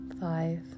five